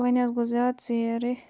وۄنۍ حظ گوٚو زیادٕ ژیر ہے